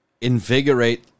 invigorate